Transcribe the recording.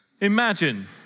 Imagine